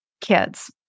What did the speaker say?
Kids